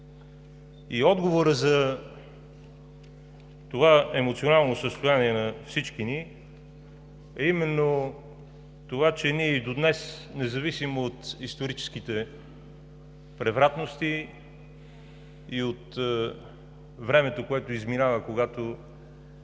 Отговорът за това емоционално състояние на всички ни е именно това, че и до днес, независимо от историческите превратности и от времето, което изминава, когато